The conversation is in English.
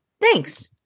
thanks